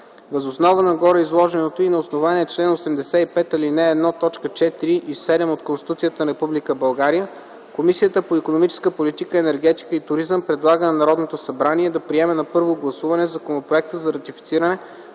Въз основа на гореизложеното и на основание чл. 85, ал. 1, т. 4 и 7 от Конституцията на Република България, Комисията по икономическата политика, енергетика и туризъм предлага на Народното събрание да приеме на първо гласуване Законопроекта за ратифициране